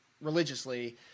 religiously